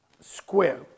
square